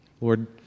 Lord